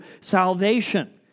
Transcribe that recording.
salvation